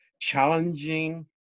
challenging